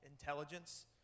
intelligence